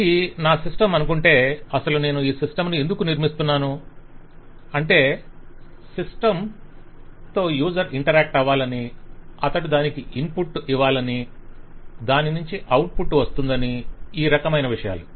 ఇది నా సిస్టమ్ అనుకుంటే అసలు నేను ఈ సిస్టమ్ ను ఎందుకు నిర్మిస్తున్నాను అంటే సిస్టమ్ తో యూసర్ ఇంటరాక్ట్ అవ్వాలని అతడు దానికి ఇన్పుట్ ఇవ్వాలని దాని నుంచి అవుట్పుట్ వస్తుందని ఈ రకమైన విషయాలు